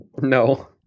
No